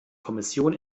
kommission